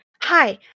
Hi